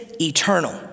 eternal